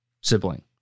sibling